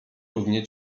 równie